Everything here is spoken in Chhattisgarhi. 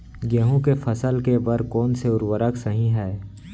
गेहूँ के फसल के बर कोन से उर्वरक सही है?